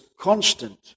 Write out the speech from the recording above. constant